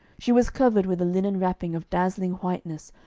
she was covered with a linen wrapping of dazzling whiteness,